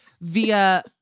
via